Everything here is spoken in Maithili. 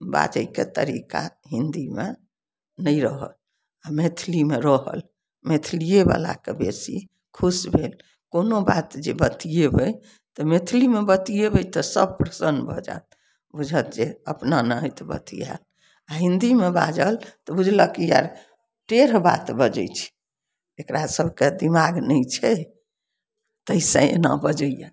बाजयके तरीका हिन्दीमे नहि रहल मैथलीमे रहल मैथलीए वलाके बेसी खुशी भेल कोनो बात जे बतियेबै तऽ मैथलीमे बतियेबै तऽ सब प्रसन्न भऽ जायत बुझत जे अपना नाहित बतियात आ हिन्दीमे बाजत तऽ बुझलक की ई आर टेढ़ बात बजै छै एकरा सबके दिमाग नहि छै ताहिसऽ एना बाजैया